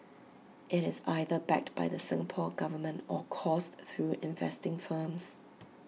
IT is either backed by the Singapore Government or coursed through investing firms